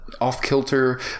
off-kilter